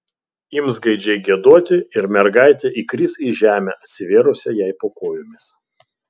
ims gaidžiai giedoti ir mergaitė įkris į žemę atsivėrusią jai po kojomis